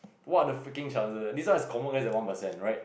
who are the freaking chances this one is confirm less than one percent right